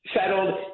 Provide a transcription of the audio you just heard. settled